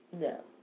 No